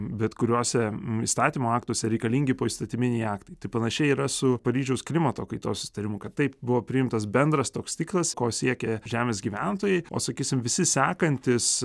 bet kuriuose įstatymų aktuose reikalingi poįstatyminiai aktai tai panašiai yra su paryžiaus klimato kaitos susitarimu kad taip buvo priimtas bendras toks tikslas ko siekia žemės gyventojai o sakysim visi sekantys